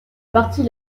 partie